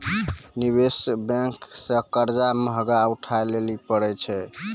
निवेश बेंक से कर्जा महगा उठाय लेली परै छै